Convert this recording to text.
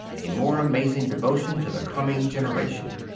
a more amazing devotion to the coming generation.